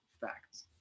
Facts